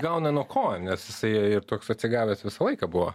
gauna nuo ko nes jisai ir toks atsigavęs visą laiką buvo